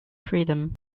freedom